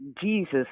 Jesus